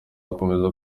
akomeza